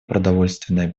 продовольственная